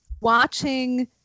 watching